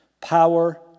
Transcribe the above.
Power